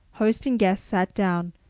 host and guest sat down,